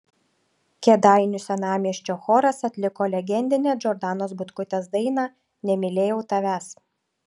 kėdainių senamiesčio choras atliko legendinę džordanos butkutės dainą nemylėjau tavęs